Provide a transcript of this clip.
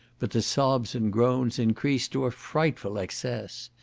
but the sobs and groans increased to a frightful excess.